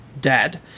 Dad